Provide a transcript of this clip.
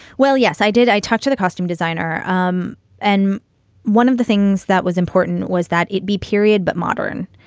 well, yes, i did. i talked to the costume designer. um and one of the things that was important was that it be period but modern.